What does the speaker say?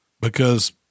because-